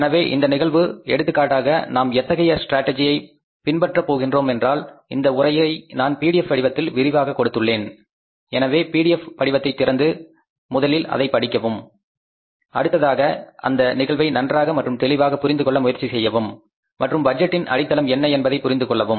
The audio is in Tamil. எனவே இந்த நிகழ்வு எடுத்துக்காட்டாக நாம் எத்தகைய ஸ்ட்ராட்டஜியை பின்பற்ற போகின்றோம் என்றால் இந்த உரையை நான் PDF வடிவத்தில் விரிவாகக் கொடுத்துள்ளேன் எனவே PDF படிவத்தை திறந்து முதலில் அதை படிக்கவும் அடுத்ததாக அந்த நிகழ்வை நன்றாக மற்றும் தெளிவாக புரிந்துகொள்ள முயற்சி செய்யவும் மற்றும் பட்ஜெட்டின் அடித்தளம் என்ன என்பதை புரிந்து கொள்ளவும்